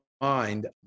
mind